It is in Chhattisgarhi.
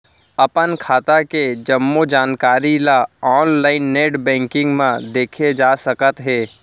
अपन खाता के जम्मो जानकारी ल ऑनलाइन नेट बैंकिंग म देखे जा सकत हे